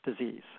disease